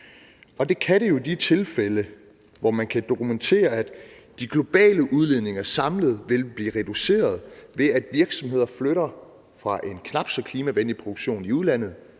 Det kan det i de tilfælde, hvor man kan dokumentere, at de globale udledninger samlet vil blive reduceret, ved at virksomhederne flytter fra en knap så klimavenlig produktion i udlandet